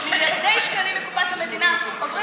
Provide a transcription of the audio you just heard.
מיליארדי שקלים מקופת המדינה עוברים